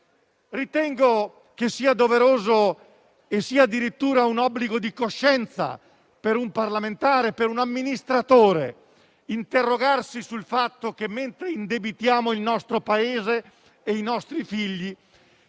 ritengo sia doveroso, e sia addirittura un obbligo di coscienza per un parlamentare e per un amministratore, interrogarsi sul fatto che, mentre indebitiamo il nostro Paese e i nostri figli,